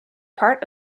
part